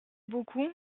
beaucoup